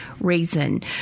reason